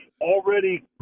already